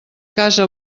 casa